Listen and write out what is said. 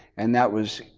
and that was